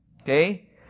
okay